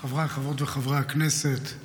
חבריי חברות וחברי הכנסת,